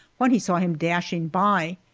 when he saw him dashing by,